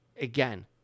again